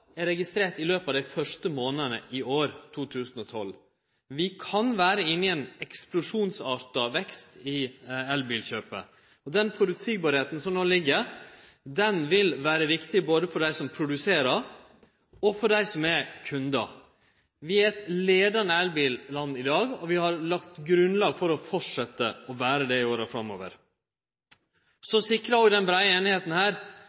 er registrert under 6 000 – men det er ti gonger fleire enn i Sverige, og ein fjerdedel av alle dei vi har, er registrerte i løpet av dei første månadane i år, 2012. Vi kan vere inne i ein eksplosjonsarta vekst i elbilkjøp. At det er føreseieleg, vil vere viktig både for dei som produserer, og for dei som er kundar. Vi er eit leiande elbil-land i dag, og vi har lagt grunnlaget for å